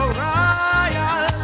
royal